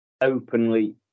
openly